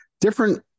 different